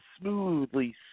smoothly